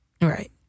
Right